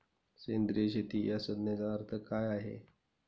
सेंद्रिय शेती या संज्ञेचा अर्थ काय?